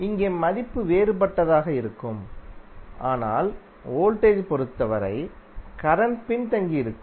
இங்கே மதிப்பு வேறுபட்டதாக இருக்கும் ஆனால் வோல்டேஜ் பொறுத்தவரை கரண்ட் பின்தங்கியிருக்கும்